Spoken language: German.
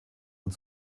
und